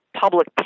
public